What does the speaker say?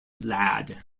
lad